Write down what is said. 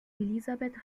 elisabeth